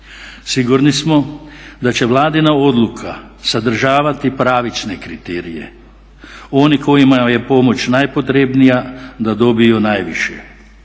Sigurni smo da će vladina odluka sadržavati pravične kriterije, oni kojima je pomoć najpotrebnija da dobiju najviše.